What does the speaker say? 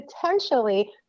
potentially